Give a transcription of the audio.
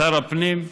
שר הפנים,